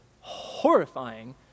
horrifying